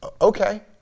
okay